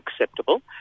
acceptable